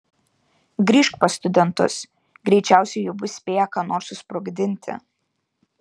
grįžk pas studentus greičiausiai jau bus spėję ką nors susprogdinti